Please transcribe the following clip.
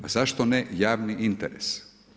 A zašto ne javni interes?